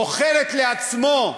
מוכרת לו,